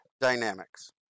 dynamics